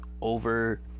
over